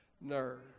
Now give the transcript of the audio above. nerve